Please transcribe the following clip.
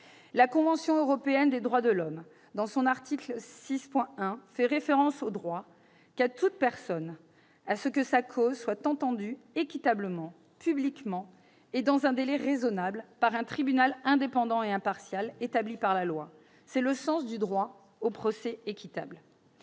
La Convention européenne des droits de l'homme, dans le premier alinéa de son article 6, fait référence au droit qu'a toute personne « à ce que sa cause soit entendue équitablement, publiquement et dans un délai raisonnable, par un tribunal indépendant et impartial, établi par la loi ». C'est le sens du droit au procès équitable.